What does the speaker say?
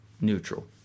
neutral